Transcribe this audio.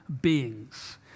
beings